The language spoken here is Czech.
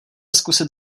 zkusit